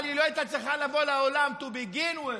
אבל היא לא הייתה צריכה לבוא לעולם to begin with,